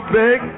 big